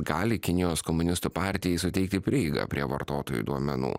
gali kinijos komunistų partijai suteikti prieigą prie vartotojų duomenų